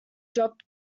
dropped